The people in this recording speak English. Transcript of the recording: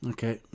Okay